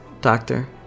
doctor